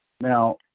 now